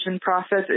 process